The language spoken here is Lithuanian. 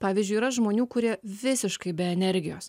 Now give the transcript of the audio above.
pavyzdžiui yra žmonių kurie visiškai be energijos